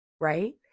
right